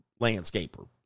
landscaper